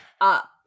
up